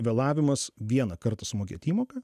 vėlavimas vieną kartą sumokėti įmoką